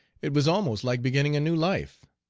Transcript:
it was almost like beginning a new life,